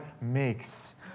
makes